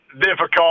difficult